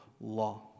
law